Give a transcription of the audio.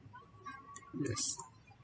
yes